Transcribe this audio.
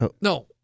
No